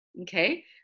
okay